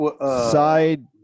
side